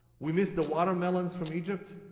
we miss the watermelons from egypt?